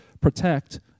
protect